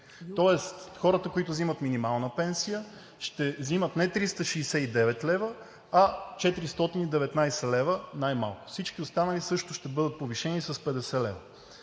Тоест хората, които взимат минимална пенсия, ще взимат не 369 лв., а 419 лв. най-малко. Всички останали също ще бъдат повишени с 50 лв.